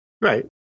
Right